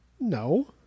No